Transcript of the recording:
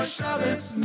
Shabbos